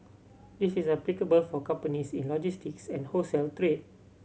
this is applicable for companies in logistics and wholesale trade